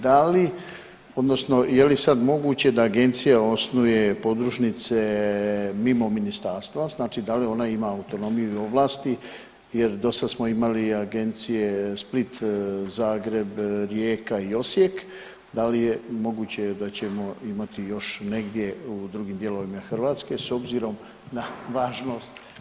Da li odnosno je li sad moguće da agencija osnuje podružnice mimo ministarstva, znači da li ona ima autonomiju i ovlasti jer do sad smo imali agencije Split, Zagreb, Rijeka i Osijek, da li je moguće da ćemo imati još negdje u drugim dijelovima Hrvatske s obzirom na važnost?